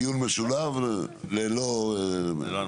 הישיבה